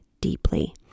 deeply